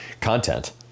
content